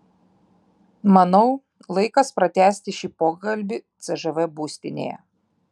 manau laikas pratęsti šį pokalbį cžv būstinėje